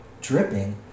dripping